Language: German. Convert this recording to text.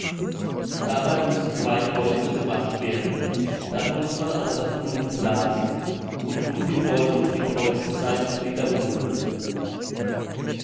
dabei müssen drei kreuze gemacht werden dann muß man auf das blut blasen und nun die worte und die kreuzzeichen wiederholen